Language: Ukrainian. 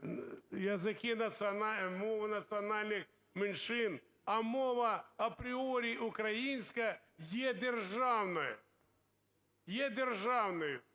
захищає мови національних меншин. А мова апріорі українська є державною. Є державною,